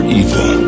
evil